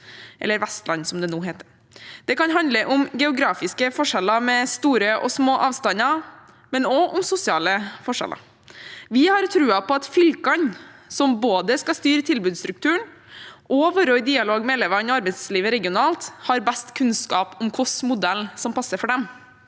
eller Vestland, som det nå heter. Det kan handle om geografiske forskjeller med store og små avstander, men også om sosiale forskjeller. Vi har tro på at fylkene, som både skal styre tilbudsstrukturen og være i dialog med elevene og arbeidslivet regionalt, har best kunnskap om hvilken modell som passer for dem.